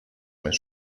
més